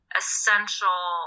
essential